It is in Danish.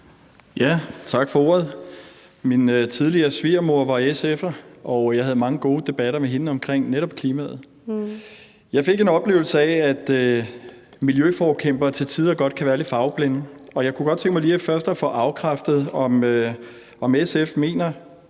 (M): Tak for ordet. Min tidligere svigermor var SF'er, og jeg havde mange gode debatter med hende omkring netop klimaet. Jeg fik en oplevelse af, at miljøforkæmpere til tider godt kan være lidt farveblinde, og jeg kunne godt tænke mig lige først at få bekræftet, om SF mener,